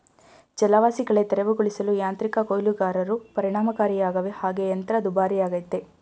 ಜಲವಾಸಿಕಳೆ ತೆರವುಗೊಳಿಸಲು ಯಾಂತ್ರಿಕ ಕೊಯ್ಲುಗಾರರು ಪರಿಣಾಮಕಾರಿಯಾಗವೆ ಹಾಗೆ ಯಂತ್ರ ದುಬಾರಿಯಾಗಯ್ತೆ